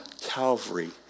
Calvary